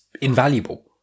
invaluable